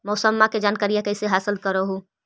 मौसमा के जनकरिया कैसे हासिल कर हू?